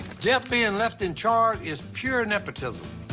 jep being left in charge, is pure nepotism.